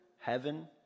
heaven